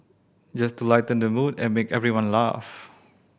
just to lighten the mood and make everyone laugh